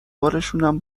بالشونم